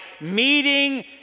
meeting